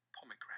pomegranate